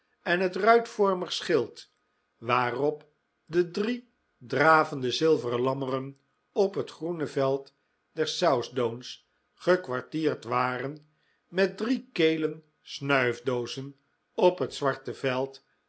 en het ruitvormig schild waarop de drie dravende zilveren lammeren op het groene veld der southdowns gekwartierd waren met drie kelen snuifdoozen op het zwarte veld